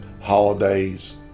holidays